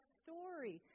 story